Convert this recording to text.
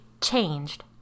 changed